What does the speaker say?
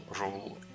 rule